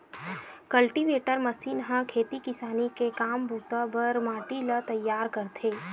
cultivator machine ह खेती किसानी के काम बूता बर माटी ल तइयार करथे